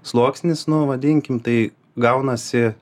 sluoksnis nu vadinkim tai gaunasi